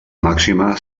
màxima